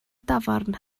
dafarn